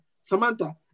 Samantha